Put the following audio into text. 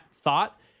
thought